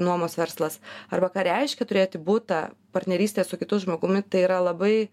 nuomos verslas arba ką reiškia turėti butą partnerystę su kitu žmogumi tai yra labai